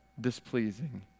displeasing